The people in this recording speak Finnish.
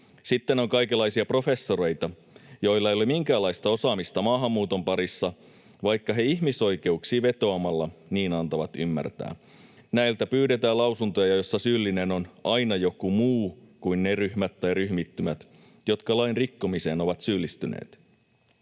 Sitten on kaikenlaisia professoreita, joilla ei ole minkäänlaista osaamista maahanmuuton parissa, vaikka he ihmisoikeuksiin vetoamalla niin antavat ymmärtää. Näiltä pyydetään lausuntoja, joissa syyllinen on aina joku muu kuin ne ryhmät tai ryhmittymät, jotka lain rikkomiseen ovat syyllistyneet.